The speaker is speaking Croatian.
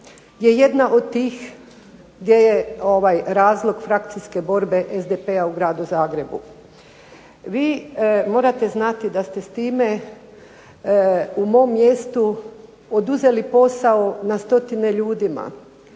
je jedna od tih gdje je razlog frakcijske borbe SDP-a u Gradu Zagrebu. Vi morate znati da ste s time u mom mjestu oduzeli posao na stotine ljudima,